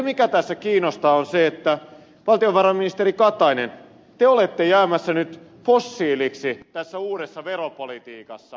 mutta se mikä tässä kiinnostaa on se että valtiovarainministeri katainen te olette jäämässä nyt fossiiliksi tässä uudessa veropolitiikassa